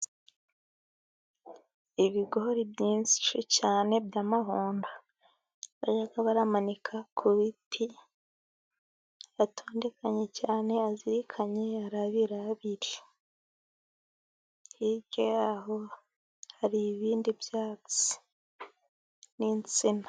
Ibigori byinshi cyane by' amahundo bajya babimanika, ku biti bitondekanye cyane, azirikanye ari abiri abiri hirya yaho hari ibindi byatsi n' insina.